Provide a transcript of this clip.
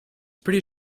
pretty